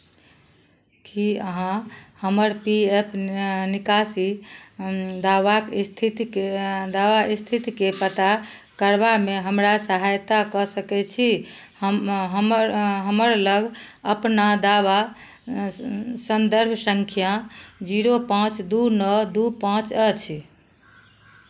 की अहाँ हमर P F न् निकासी दावाक स्थितिके दावा स्थितिके पता करबामे हमरा सहायता कऽ सकैत छी हम हमर हमर लग अपना दावा सन्दर्भ सङ्ख्या जीरो पाँच दू नओ दू पाँच अछि